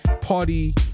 party